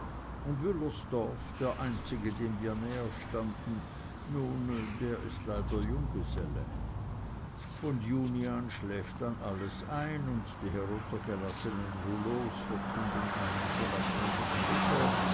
und wüllersdorf der einzige dem wir naherstanden nun der ist leider junggeselle von juni an schläft dann alles ein und die heruntergelassenen rollos verkünden einem schon auf hundert schritt